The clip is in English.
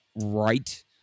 right